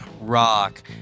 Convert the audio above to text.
rock